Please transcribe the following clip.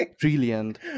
brilliant